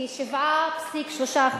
כ-7.3%,